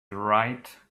right